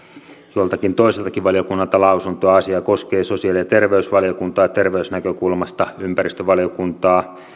joltakin toiseltakin valiokunnalta lausuntoa asia koskee sosiaali ja terveysvaliokuntaa terveysnäkökulmasta ympäristövaliokuntaa